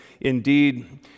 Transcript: indeed